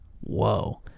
whoa